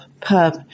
pub